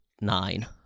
nine